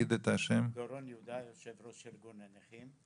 דורון יהודה, יושב-ראש ארגון הנכים.